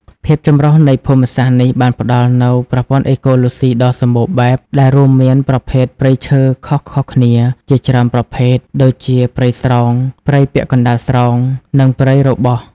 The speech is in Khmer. ភាពចម្រុះនៃភូមិសាស្ត្រនេះបានផ្តល់នូវ ប្រព័ន្ធអេកូឡូស៊ីដ៏សម្បូរបែប ដែលរួមមានប្រភេទព្រៃឈើខុសៗគ្នាជាច្រើនប្រភេទ ដូចជាព្រៃស្រោង ព្រៃពាក់កណ្តាលស្រោង និងព្រៃរបោះ។